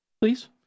Please